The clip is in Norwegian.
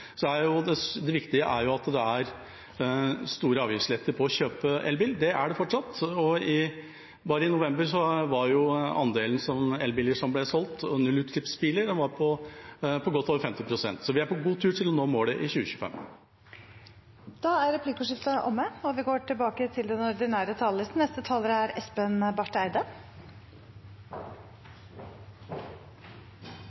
Det viktige er at det er store avgiftslettelser på å kjøpe elbil. Det er det fortsatt, og bare i november var andelen elbiler og nullutslippsbiler som ble solgt, på godt over 50 pst., så vi er på god tur til å nå målet i 2025. Replikkordskiftet er omme. Vi er inne i et tiår, 2020-årene, som kommer til